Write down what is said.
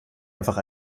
einfach